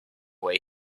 way